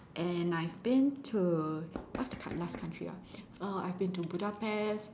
and I've been to what's the last what's the last country ah err I've been to Budapest